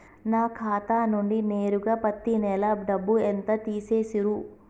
నా ఖాతా నుండి నేరుగా పత్తి నెల డబ్బు ఎంత తీసేశిర్రు?